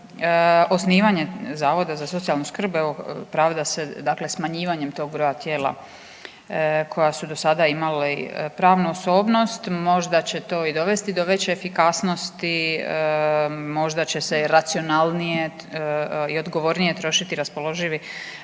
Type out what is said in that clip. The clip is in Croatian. osnivanje zavoda za socijalnu skrb evo pravda se smanjivanjem tog broja tijela koja su do sada imali pravnu osobnost. Možda će to i dovesti do veće efikasnosti, možda će se racionalnije i odgovornije trošiti raspoloživi